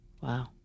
Wow